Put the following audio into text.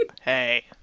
Hey